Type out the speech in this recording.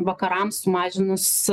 vakaram sumažinus